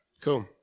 Cool